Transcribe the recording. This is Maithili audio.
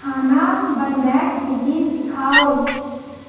खाना बनबैके विधि सिखाउ